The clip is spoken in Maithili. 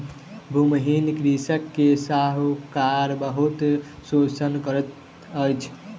भूमिहीन कृषक के साहूकार बहुत शोषण करैत अछि